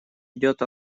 идет